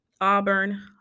Auburn